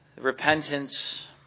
Repentance